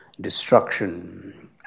destruction